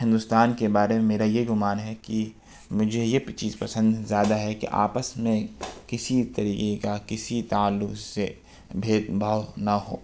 ہندوستان کے بارے میں میرا یہ گمان ہے کی مجھے یہ پہ چیز پسند زیادہ ہے کی آپس میں کسی طریقے کا کسی تعلق سے بھید بھاؤ نہ ہو